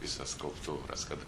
visas skulptūras kad